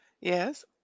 Yes